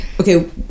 Okay